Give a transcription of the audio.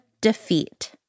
Defeat